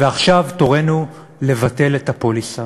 ועכשיו תורנו לבטל את הפוליסה.